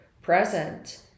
present